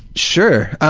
sure.